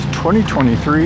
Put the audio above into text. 2023